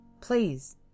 Please